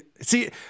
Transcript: See